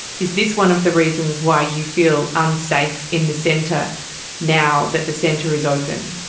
is this one of the reasons why you feel unsafe in the centre now that the centre is open?